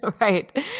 Right